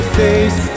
face